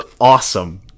awesome